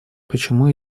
почему